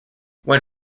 when